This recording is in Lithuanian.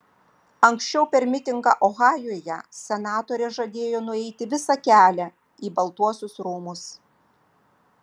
anksčiau per mitingą ohajuje senatorė žadėjo nueiti visą kelią į baltuosius rūmus